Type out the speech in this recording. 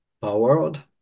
powered